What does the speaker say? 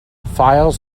files